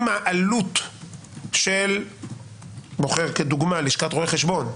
אם העלות של לדוגמה מועצת רואי החשבון,